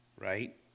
right